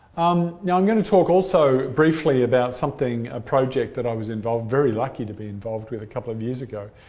um yeah i'm going to talk also briefly about something a project that i was involved, very lucky to be involved with a couple of years ago.